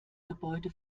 gebäude